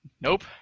Nope